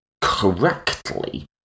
correctly